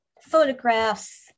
photographs